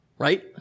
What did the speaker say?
right